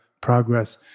progress